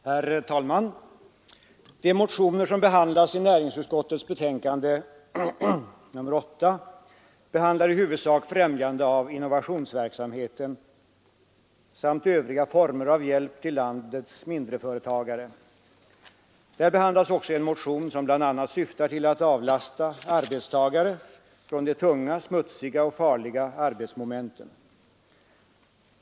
Herr talman! De motioner som behandlas i näringsutskottets betänkande nr 8 gäller i huvudsak främjande av innovationsverksamheten samt övriga former av hjälp till landets mindreföretagare. I betänkandet behandlas också en motion som bl.a. syftar till att avlasta arbetstagare de tunga, smutsiga och farliga arbetsmomenten.